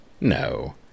No